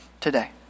today